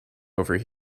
over